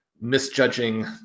misjudging